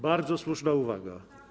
Bardzo słuszna uwaga.